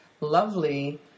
lovely